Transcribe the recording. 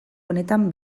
honetan